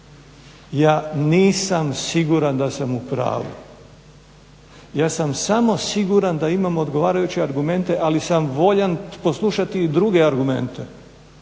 ja nisam siguran da sam upravu. Ja sam siguran da imamo odgovarajuće argumente ali sam voljan poslušati i druge argumente.